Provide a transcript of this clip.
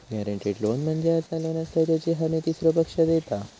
guaranteed loan म्हणजे असा loan असता ज्याची हमी तीसरो पक्ष देता